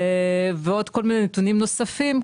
ועוד כל מיני נתונים נוספים,